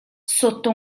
sotto